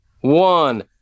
one